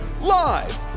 Live